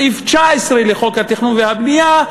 סעיף 19 לחוק התכנון והבנייה,